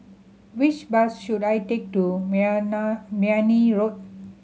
which bus should I take to Mayne Road